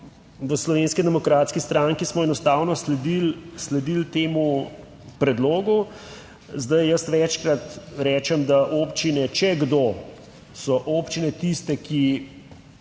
v Slovenski demokratski stranki smo enostavno sledili, sledili temu predlogu. Zdaj, jaz večkrat rečem, da občine, če kdo, so občine tiste, ki